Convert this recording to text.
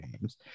games